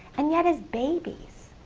and yet, as babies,